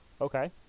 Okay